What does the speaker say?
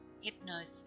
hypnosis